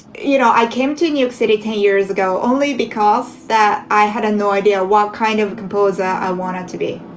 you know, i came to new york city ten years ago only because that i had no idea what kind of a composer i wanted to be.